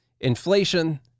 inflation